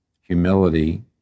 humility